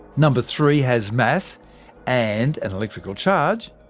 number three has mass and an electrical charge.